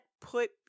put